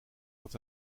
had